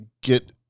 get